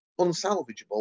unsalvageable